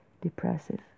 depressive